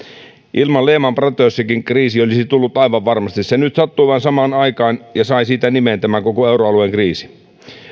ilman lehman brothersiakin kriisi olisi tullut aivan varmasti se nyt vain sattui samaan aikaan ja sai siitä nimen tämä koko euroalueen kriisi